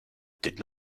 did